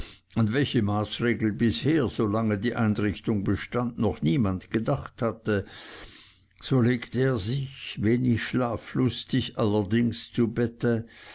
an welche maßregel bisher solange die einrichtung bestand noch niemand gedacht hatte so legte er sich wenig schlaflustig allerdings zu bette